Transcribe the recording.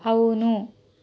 అవును